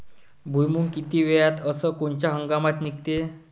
भुईमुंग किती वेळात अस कोनच्या हंगामात निगते?